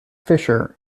fisher